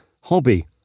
hobby